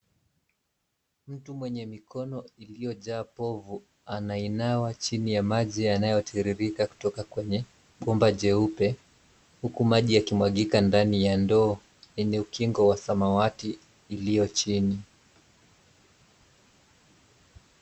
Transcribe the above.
Mtu mwenye mikono iliyojaa povu anayenawa chini ya maji yanayotiririka kutoka kwenye bomba jeupe, huku maji yakimwagika ndani ya ndoo yenye ukingo wa samawati iliyo chini.